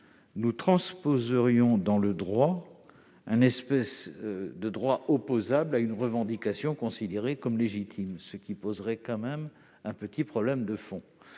nous transposerions une forme de droit opposable à une revendication considérée comme légitime, ce qui poserait quand même un petit problème de fond.